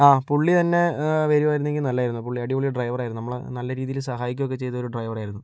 ആ പുള്ളി തന്നെ വരുമായിരുന്നെങ്കിൽ നല്ലതായിരുന്നു പുള്ളി അടിപൊളി ഡ്രൈവറായിരുന്നു നമ്മളെ നല്ല രീതിയില് സഹായിക്കുകയൊക്കെ ചെയ്തൊരു ഡ്രൈവറായിരുന്നു